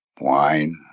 wine